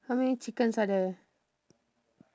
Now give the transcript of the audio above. how many chickens are there